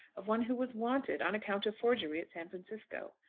of one who was wanted on account of forgery at san francisco?